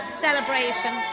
celebration